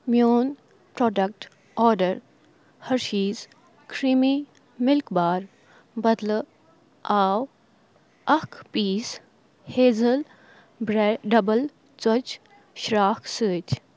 میون product order Hershey's creamy milk bar بدلہٕ آو اَکھ پیٖس ہیزٕل برٛےٚ ڈَبٕل ژۄچہِ شرٛاکھ سۭتۍ